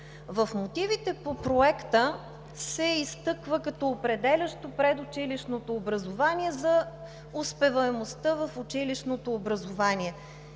В мотивите по Проекта се изтъква като определящо предучилищното образование за успеваемостта в училищното образование.